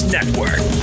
Network